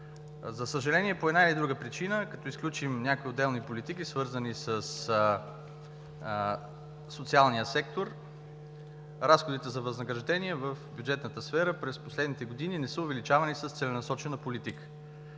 За съжаление, по една или друга причина, като изключим някои отделни политики, свързани със социалния сектор, разходите за възнаграждение в бюджетната сфера през последните години не са увеличавани с целенасочена политика.